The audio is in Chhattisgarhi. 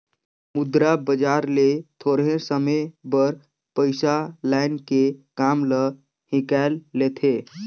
मुद्रा बजार ले थोरहें समे बर पइसा लाएन के काम ल हिंकाएल लेथें